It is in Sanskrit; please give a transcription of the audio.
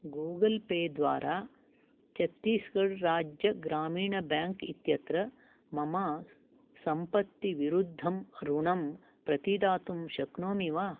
गूगल् पे द्वारा चत्तिस्गड् राज्य ग्रामिण बैङ्क् इत्यत्र मम सम्पत्तिविरुद्धं ऋणम् प्रतिदातुं शक्नोमि वा